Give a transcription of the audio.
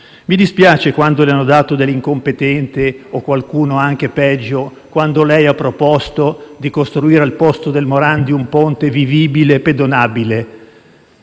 Mi dispiace che le abbiano dato dell'incompetente, qualcuno anche peggio, quando lei ha proposto di costruire al posto del Morandi un ponte vivibile e pedonabile.